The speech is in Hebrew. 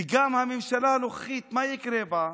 וגם הממשלה הנוכחית, מה יקרה בה?